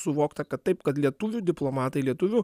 suvokta kad taip kad lietuvių diplomatai lietuvių